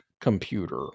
computer